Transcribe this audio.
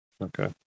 Okay